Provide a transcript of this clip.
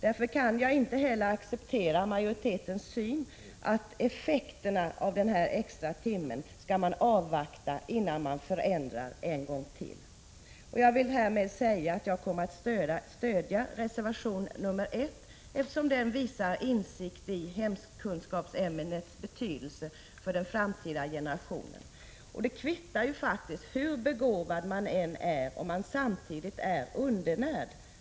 Därför kan jag inte heller acceptera majoritetens syn att effekterna av denna extra timme skall avvaktas innan man förändrar en gång till. Jag vill härmed säga att jag kommer att stödja reservation 1, eftersom den visar insikt om hemkunskapsämnets betydelse för framtida generationer. Det kvittar faktiskt hur begåvad man än är — om man samtidigt är undernärd.